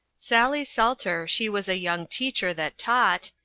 sally salter, she was a young teacher, that taught,